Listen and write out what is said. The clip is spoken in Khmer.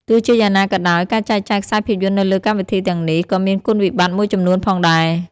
ទោះជាយ៉ាងណាក៏ដោយ ការចែកចាយខ្សែភាពយន្តនៅលើកម្មវិធីទាំងនេះក៏មានគុណវិបត្តិមួយចំនួនផងដែរ។